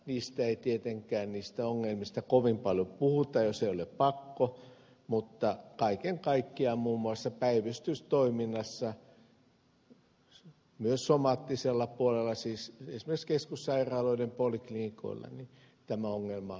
niistä ongelmista ei tietenkään kovin paljon puhuta jos ei ole pakko mutta kaiken kaikkiaan muun muassa päivystystoiminnassa myös somaattisella puolella siis esimerkiksi keskussairaaloiden poliklinikoilla tämä ongelma on olemassa